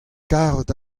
karet